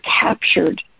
captured